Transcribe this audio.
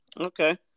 Okay